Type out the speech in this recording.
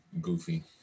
goofy